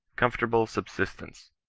comfort able subsistence,